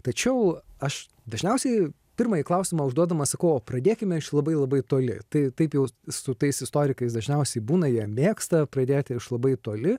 tačiau aš dažniausiai pirmąjį klausimą užduodamas sakau o pradėkime iš labai labai toli tai taip jau su tais istorikais dažniausiai būna jie mėgsta pradėti iš labai toli